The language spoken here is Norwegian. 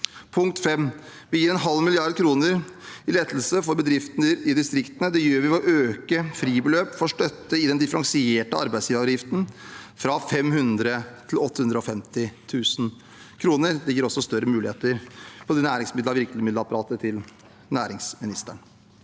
Punkt fem: Vi gir en halv milliard kroner i lettelse for bedrifter i distriktene. Det gjør vi ved å øke fribeløp for støtte i den differensierte arbeidsgiveravgiften, fra 500 000 kr til 850 000 kr. Det ligger også større muligheter i det næringsrettede virkemiddelapparatet til næringsministeren.